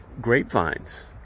grapevines